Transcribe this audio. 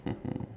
mmhmm